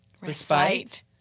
Respite